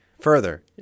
Further